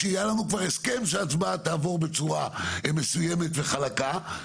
כשהיה לנו כבר הסכם שההצבעה תעבור בצורה מסוימת וחלקה.